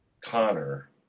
Connor